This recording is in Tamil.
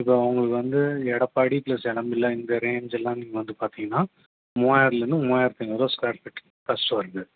இப்போ உங்களுக்கு வந்து எடப்பாடி ப்ளஸ் இளம்பிள்ளை இந்த ரேஞ்செல்லாம் நீங்கள் வந்து பார்த்தீங்கன்னா மூவாயிரம்லேந்து மூவாயிரத்தி ஐந்நூறுவா ஸ்கொயர் ஃபீட் ப்ளஸ் வருது